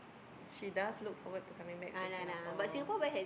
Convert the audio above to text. she does look forward to coming back to Singapore